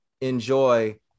enjoy